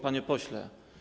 Panie Pośle!